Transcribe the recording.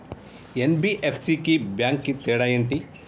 NBFC కి bank కి తేడా ఏంటి?